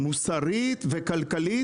מוסרית וכלכלית,